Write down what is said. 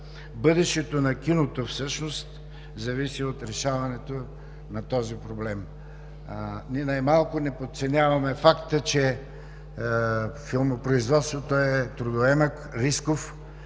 Бъдещето на киното всъщност зависи от решаването на този проблем. Ни най-малко не подценяваме факта, че филмопроизводството е трудоемък, рисков